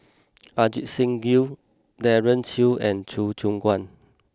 Ajit Singh Gill Daren Shiau and Choo Keng Kwang